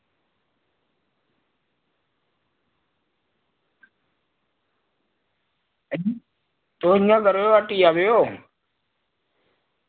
तुस इंया करेओ हट्टिया आवेओ